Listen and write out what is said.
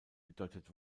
bedeutet